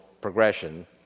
progression